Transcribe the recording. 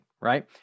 right